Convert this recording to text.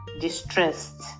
distressed